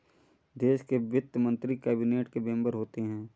देश के वित्त मंत्री कैबिनेट के मेंबर होते हैं